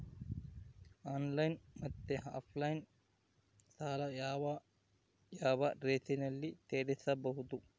Online ಮತ್ತೆ offline ಸಾಲ ಯಾವ ಯಾವ ರೇತಿನಲ್ಲಿ ತೇರಿಸಬಹುದು?